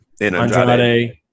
Andrade